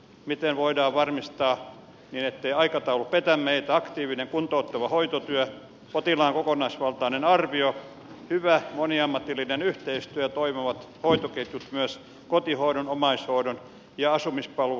miten voidaan varmistaa niin ettei aikataulu petä meitä aktiivinen kuntouttava hoitotyö potilaan kokonaisvaltainen arvio hyvä moniammatillinen yhteistyö ja toimivat hoitoketjut myös kotihoidon omaishoidon ja asumispalvelujen kanssa